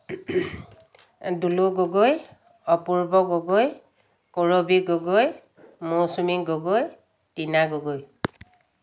Dulu Gogoi Apurba Gogoi Karabi Gogoi Mousumi Gogoi Tina Gogoi